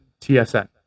TSN